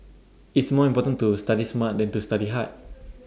it's more important to study smart than to study hard